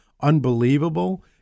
unbelievable